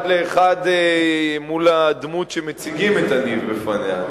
לאחד מול הדמות שמציגים את הניב בפניה.